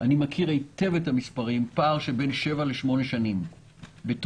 אני מכיר היטב את המספרים: פער של בין 7 ל-8 שנים בתוחלת